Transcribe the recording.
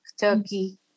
Turkey